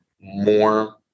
more